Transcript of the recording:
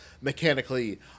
mechanically